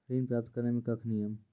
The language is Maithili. ऋण प्राप्त करने कख नियम?